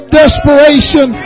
desperation